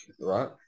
right